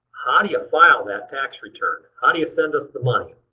how do you file that tax return? how do you send us the money?